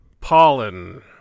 Pollen